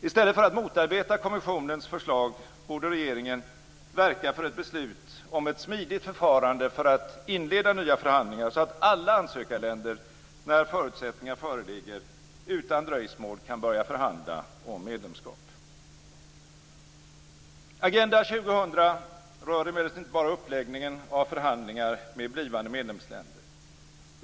I stället för att motarbeta kommissionens förslag borde regeringen verka för ett beslut om ett smidigt förfarande för att inleda nya förhandlingar, så att alla ansökarländer, när förutsättningar föreligger, utan dröjsmål kan börja förhandla om medlemskap. Agenda 2000 rör emellertid inte bara uppläggningen av förhandlingar med blivande medlemsländer.